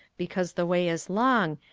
because the way is long,